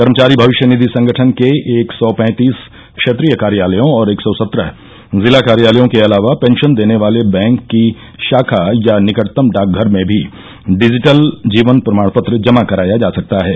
कर्मचारी भविष्य निधि संगठन के एक सौ पैंतीस क्षेत्रीय कार्यालयों और एक सौ सत्रह जिला कार्यालयों के अलावा पेंशन देने वाले बैंक की शाखा या निकटतम डाक घर में भी डिजिटल जीवन प्रमाण पत्र जमा कराया जा सकता है